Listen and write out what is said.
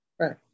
Right